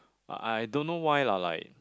but I don't know why lah like